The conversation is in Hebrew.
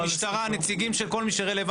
אם למשטרה ונציגים של כל מי שרלוונטי.